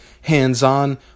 hands-on